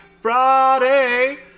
Friday